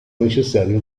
necessarie